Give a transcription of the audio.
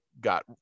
got